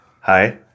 Hi